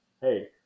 hey